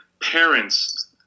parents